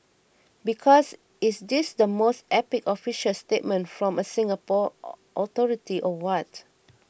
because is this the most epic official statement from a Singapore authority or what